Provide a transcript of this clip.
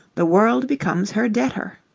the world becomes her debtor.